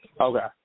Okay